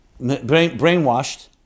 brainwashed